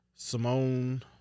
simone